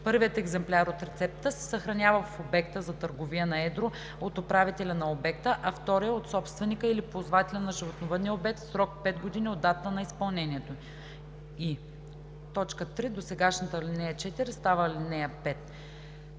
Първият екземпляр от рецептата се съхранява в обекта за търговия на едро от управителя на обекта, а вторият – от собственика или ползвателя на животновъдния обект, за срок 5 години от датата на изпълнението ѝ.“ 3. Досегашната ал. 4 става ал. 5.“